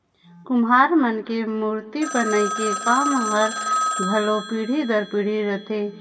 कुम्हार मन के मूरती बनई के काम हर घलो पीढ़ी दर पीढ़ी रहथे